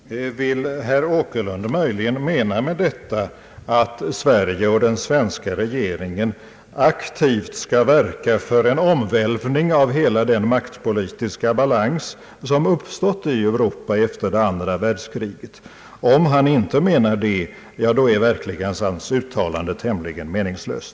Herr talman! Menar herr Åkerlund möjligen med detta att Sverige och den svenska regeringen aktivt skall verka för en omvälvning av hela den maktpolitiska balans som uppstått i Europa efter det andra världskriget? Om han inte avser det, är hans uttalande verkligen meningslöst.